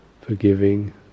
forgiving